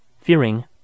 FEARING